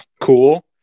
cool